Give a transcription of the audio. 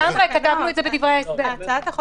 כתבנו את זה בדברי ההסבר.